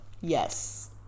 Yes